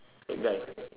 that guy